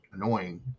annoying